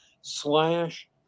slash